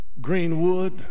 Greenwood